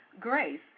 grace